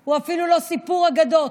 הוא אפילו לא סיפור אגדות.